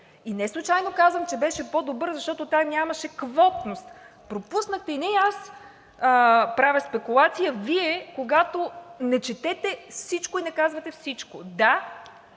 и неслучайно казвам, че беше по-добър, защото там нямаше квотност, пропуснахте. И не аз правя спекулация, а Вие, когато не четете всичко и не казвате всичко. Да,